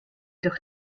doch